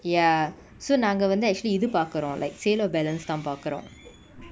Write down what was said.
ya so நாங்க வந்து:nanga vanthu actually இது பாக்குறோ:ithu paakuro like sale of balance தா பாக்குறோ:tha paakuro